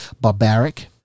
barbaric